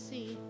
see